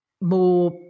more